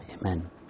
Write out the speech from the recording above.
Amen